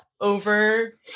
over